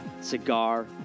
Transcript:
Cigar